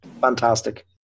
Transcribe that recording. fantastic